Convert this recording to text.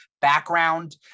background